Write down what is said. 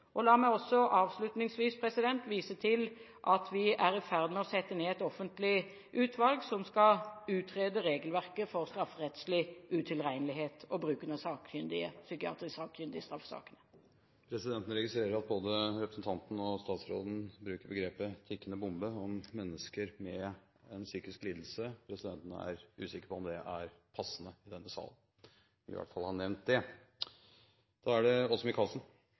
La meg avslutningsvis vise til at vi er i ferd med å sette ned et offentlig utvalg som skal utrede regelverket for strafferettslig utilregnelighet og bruken av psykiatrisk sakkyndige i straffesaker. Presidenten registrerer at både representanten og statsråden bruker begrepet «tikkende bomber» om mennesker med en psykisk lidelse. Presidenten er usikker på om det er passende i denne sal. Jeg vil i hvert fall ha nevnt det.